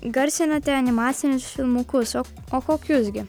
garsinate animacinius filmukus o o kokius gi